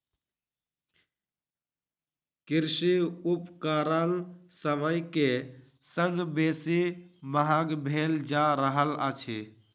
कृषि उपकरण समय के संग बेसी महग भेल जा रहल अछि